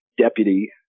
deputy